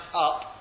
up